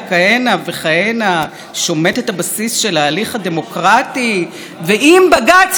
הדמוקרטי"; "אם בג"ץ ידון בחוק הזה זאת תהיה רעידת אדמה",